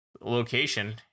location